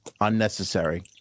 unnecessary